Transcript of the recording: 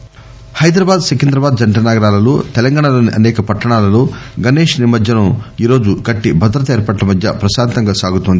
ఎన్ S D Ganesh నిమజ్జనం హైదరాబాద్ సికింద్రాబాద్ జంటనగరాలలో తెలంగాణలోని అనేక పట్టణాలలో గణేష్ నిమజ్షనం ఈరోజు గట్టి భద్రతా ఏర్పాట్ల మధ్య ప్రశాంతంగా సాగుతుంది